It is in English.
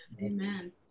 Amen